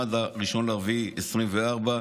עד 1 באפריל 2024,